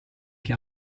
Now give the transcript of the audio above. che